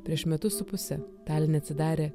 prieš metus su puse taline atsidarė